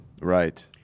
Right